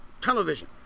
Television